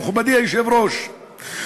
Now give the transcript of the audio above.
מכובדי היושב-ראש,